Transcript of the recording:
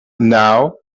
now